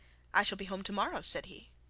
i shall be home to-morrow said he.